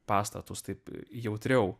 pastatus taip jautriau